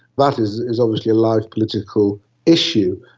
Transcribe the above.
that is is obviously a large political issue.